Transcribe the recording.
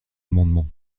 amendement